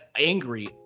angry